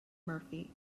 murphy